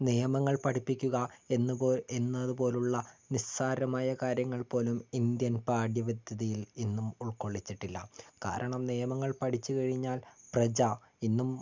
നിയമങ്ങൾ പഠിപ്പിക്കുക എന്ന് പോൽ എന്നത് പോലുള്ള നിസ്സാരമായ കാര്യങ്ങൾപ്പോലും ഇന്ത്യൻ പാഠ്യ പദ്ധതിയിൽ ഇന്നും ഉൾകൊള്ളിച്ചിട്ടില്ല കാരണം നിയമങ്ങൾ പഠിച്ചു കഴിഞ്ഞാൽ പ്രജ ഇന്നും